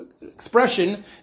expression